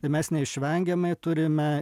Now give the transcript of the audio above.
ir mes neišvengiamai turime